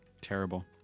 Terrible